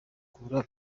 kubura